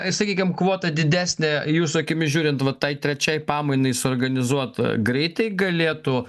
sakykim kvota didesnė jūsų akimis žiūrint va tai trečiai pamainai suorganizuot greitai galėtų